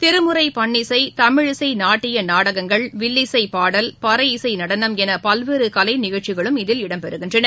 திருமுறை பள்ளிசை தமிழிசை நாட்டிய நாடகங்கள் வில்லிசை பாடல் பறை இசை நடனம் என பல்வேறு கலை நிகழ்ச்சிகளும் இதில் இடம்பெறுகின்றன